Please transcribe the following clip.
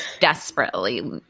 desperately